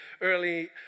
early